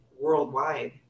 worldwide